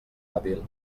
hàbil